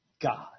God